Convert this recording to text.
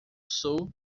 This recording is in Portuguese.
sul